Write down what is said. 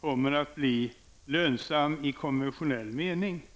kommer att bli lönsam i konventionell mening.